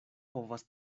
povas